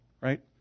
right